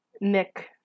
Nick